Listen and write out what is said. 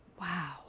Wow